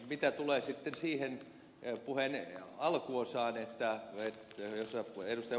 mitä tulee sitten siihen puheen alkuosaan jossa ed